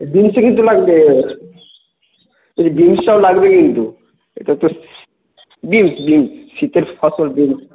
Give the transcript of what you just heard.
বিনসটা কিন্তু লাগবে বলছি বিনসটাও লাগবে কিন্তু এটা তো বিনস বিনস শীতের ফসল বিনস